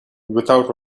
without